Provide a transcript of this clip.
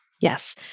Yes